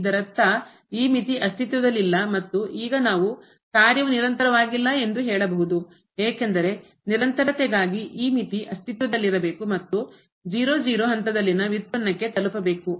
ಇದರರ್ಥ ಈ ಮಿತಿ ಅಸ್ತಿತ್ವದಲ್ಲಿಲ್ಲ ಮತ್ತು ಈಗ ನಾವು ಕಾರ್ಯವು ನಿರಂತರವಾಗಿಲ್ಲ ಎಂದು ಹೇಳಬಹುದು ಏಕೆಂದರೆ ನಿರಂತರತೆಗಾಗಿ ಈ ಮಿತಿ ಅಸ್ತಿತ್ವದಲ್ಲಿರಬೇಕು ಮತ್ತು 0 0 ಹಂತದಲ್ಲಿನ ವ್ಯುತ್ಪನ್ನಕ್ಕೆ ತಲುಪಬೇಕು